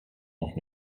noch